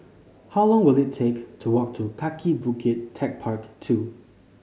how long will it take to walk to Kaki Bukit Techpark Two